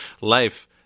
life